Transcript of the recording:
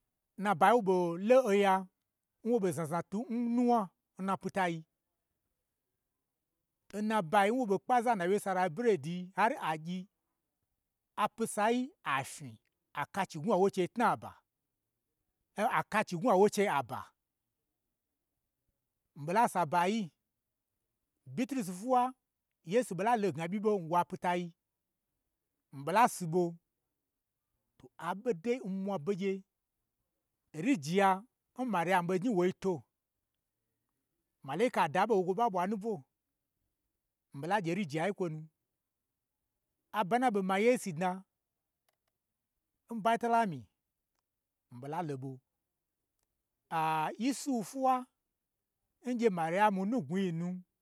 N nabayi n wo ɓolo oya, n wo ɓo znazna twu n nuwna, n napitayi, n nabayi n wo kpa za nna wyi salai n berediyi, har a gyi, apisayi a fnyi, akachi ngnwo awo chei tnaba, oye, akachi n gnwu awo chei aba, mii ɓo la si abayi, bitrusi fwuwa yeisu ɓo la lo gnaɓyi ɓo n wa pitai, mii ɓo la si ɓo, to, aɓo dai n mwa begye, rijiyan mariya mu ɓo gnyi woto, maleka da ɓo n woi ge wo ɓa ɓwa nubwo, mii ɓo la gye rijiya yin kwonu, aba n na ɓo ma yeisu dna n batailamyi, mii ɓola lo ɓo, yesuhu fwu wa, n gye mariyamu nugnwuyi nu